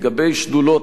לגבי שדולות,